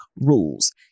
rules